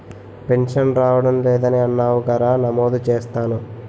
pension రావడం లేదని అన్నావుగా రా నమోదు చేస్తాను